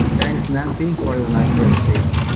thanks, nancy, for your nice presentation.